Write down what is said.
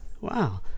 Wow